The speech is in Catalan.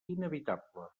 inevitable